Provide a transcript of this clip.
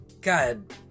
God